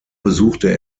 besuchte